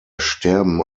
sterben